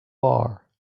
bar